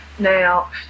Now